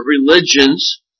religions